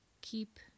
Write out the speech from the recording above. keep